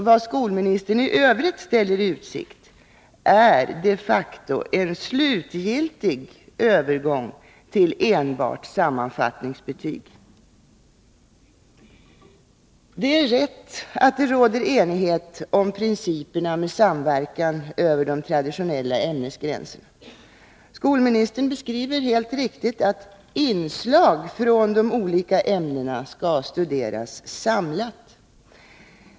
Vad skolministern i övrigt ställer i utsikt är de facto en slutgiltig övergång till enbart sammanfattningsbetyg. Det är rätt att det råder enighet om principerna när det gäller samverkan över de traditionella ämnesgränserna. Skolministern beskriver helt riktigt att inslag från de olika ämnena skall studeras samlat.